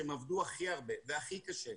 שהם עבדו הכי הרבה והכי קשה,